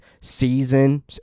season